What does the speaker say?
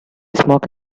smoke